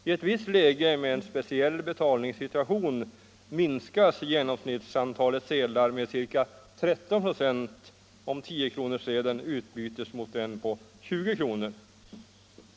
I ett visst läge med en speciell betalningssituation minskas genomsnittsantalet sedlar med ca 13 926. om 10-kronorssedeln utbyts mot en på 20 kr.